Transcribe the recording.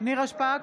נירה שפק,